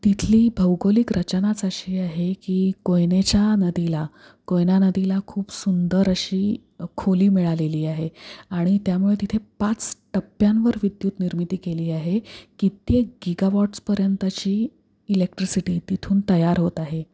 तिथली भौगोलिक रचनाच अशी आहे की कोयनेच्या नदीला कोयना नदीला खूप सुंदर अशी खोली मिळालेली आहे आणि त्यामुळे तिथे पाच टप्प्यांवर विद्युत निर्मिती केली आहे कित्येक गिगावॉट्सपर्यंतची इलेक्ट्रिसिटी तिथून तयार होत आहे